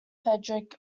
frederic